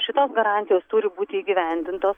šitos garantijos turi būti įgyvendintos